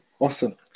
awesome